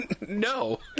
no